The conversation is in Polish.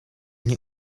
nie